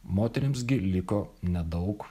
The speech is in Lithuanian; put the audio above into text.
moterims gi liko nedaug